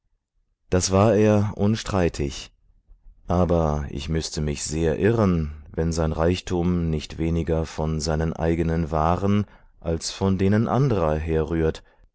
das war er unstreitig aber ich müßte mich sehr irren wenn sein reichtum nicht weniger von seinen eigenen waren als von denen anderer herrührt